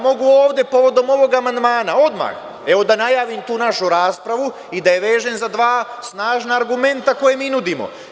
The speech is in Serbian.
Mogu ovde povodom ovog amandman odmah da najavim tu našu raspravu i da je vežem za dva snažna argumenta koja mi nudimo.